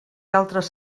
altres